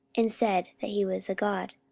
and said that he was a god.